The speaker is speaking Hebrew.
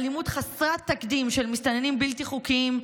אלימות חסרת תקדים של מסתננים בלתי חוקיים,